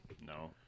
No